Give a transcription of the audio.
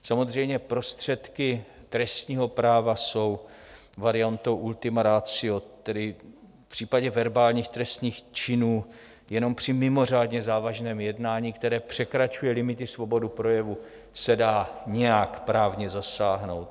Samozřejmě, prostředky trestního práva jsou variantou ultima ratio, tedy v případě verbálních trestných činů jenom při mimořádně závažném jednání, které překračuje limity svobody projevu, se dá nějak právně zasáhnout.